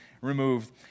removed